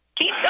Keep